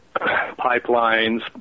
pipelines